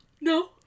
no